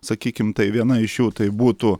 sakykim tai viena iš jų tai būtų